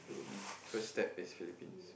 mm first step is Philippines